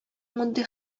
мондый